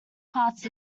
parts